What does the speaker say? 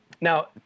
now